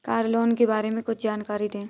Car loan के बारे में कुछ जानकारी दें?